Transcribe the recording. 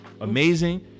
amazing